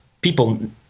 people